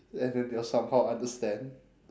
and then they'll somehow understand